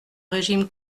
régime